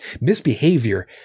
Misbehavior